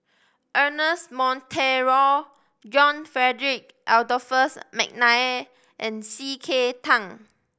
Ernest Monteiro John Frederick Adolphus McNair and C K Tang